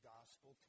Gospel